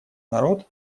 народ